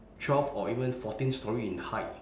twelve or even fourteen storey in height